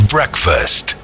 Breakfast